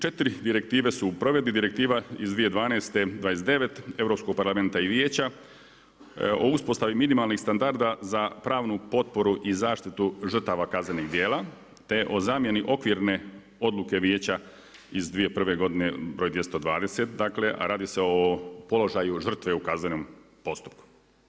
Četiri direktive su u provedbi, Direktiva iz 2012. br. 29, Europskog parlamenta i Vijeća, o uspostavi minimalnih standarda za pravnu potporu i zaštitu žrtva kaznenog djela, te o zamjeni okvirne odluke vijeća iz 2001. br. 220, a radi se o položaju žetve u kaznenom postupku.